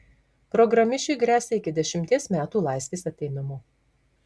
programišiui gresia iki dešimties metų laisvės atėmimo